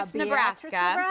ah nebraska.